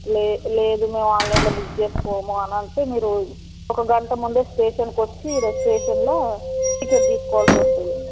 లే లేదు మేము ఆన్లైన్లో బుక్ చేసుకోము అని అంటే మీరు ఒక గంట ముందు స్టేషన్కి వచ్చి ఈరోజు స్టేషన్లో టికెట్ తీసుకోవాల్సి వస్తుంది